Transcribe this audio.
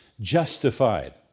justified